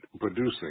producing